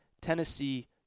Tennessee